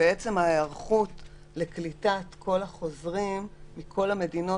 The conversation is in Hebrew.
אני מדברת על ההיערכות לקליטת כל החוזרים מכל המדינות.